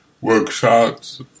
workshops